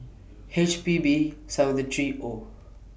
H P B seventy three O